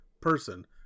person